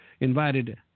invited